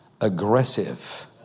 aggressive